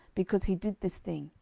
because he did this thing,